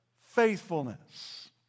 faithfulness